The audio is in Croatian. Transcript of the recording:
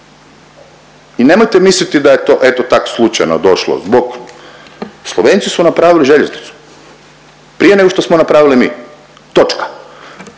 I nemojte misliti da je to, eto tak slučajno došlo zbog, Slovenci su napravili željeznicu prije nego što smo napravili mi. Točka.